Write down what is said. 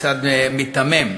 קצת מיתמם,